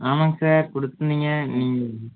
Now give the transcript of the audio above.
ஆமாங்க சார் கொடுத்துருந்தீங்க ம்